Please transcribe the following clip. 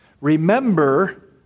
remember